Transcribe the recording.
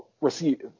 receive